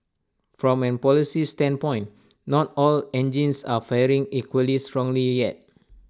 from A policy standpoint not all engines are firing equally strongly yet